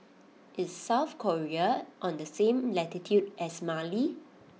is South Korea on the same latitude as Mali